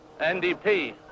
NDP